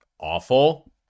awful